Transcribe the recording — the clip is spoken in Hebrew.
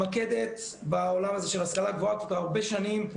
מתמקדת בעולם הזה של השכלה גבוהה כבר הרבה שנים,